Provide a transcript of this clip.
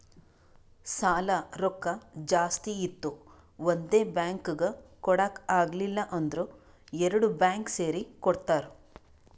ಸಾಲಾ ರೊಕ್ಕಾ ಜಾಸ್ತಿ ಇತ್ತು ಒಂದೇ ಬ್ಯಾಂಕ್ಗ್ ಕೊಡಾಕ್ ಆಗಿಲ್ಲಾ ಅಂದುರ್ ಎರಡು ಬ್ಯಾಂಕ್ ಸೇರಿ ಕೊಡ್ತಾರ